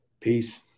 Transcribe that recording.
Peace